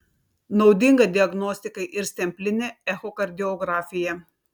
naudinga diagnostikai ir stemplinė echokardiografija